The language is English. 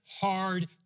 hard